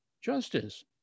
justice